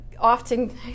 often